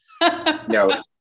No